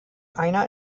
einer